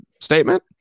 statement